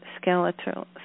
skeletal